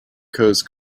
coast